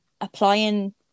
applying